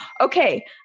okay